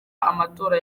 amatora